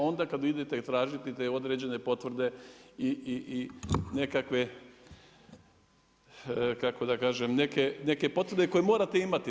Onda kad idete tražiti te određene potvrde i nekakve kako da kažem neke potvrde koje morate imati.